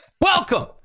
Welcome